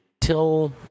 till